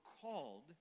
called